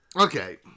Okay